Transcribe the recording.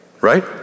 right